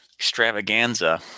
extravaganza